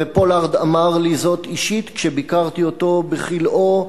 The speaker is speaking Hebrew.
ופולארד אמר לי זאת אישית כשביקרתי אותו בכלאו,